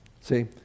see